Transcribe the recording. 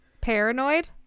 paranoid